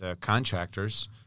contractors